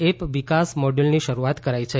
app વિકાસ મોડ્યુલની શરૂઆત કરાઇ છે